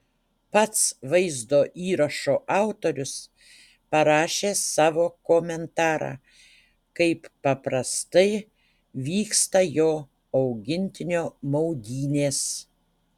pats vaizdo įrašo autorius parašė savo komentarą kaip paprastai vyksta jo augintinio maudynės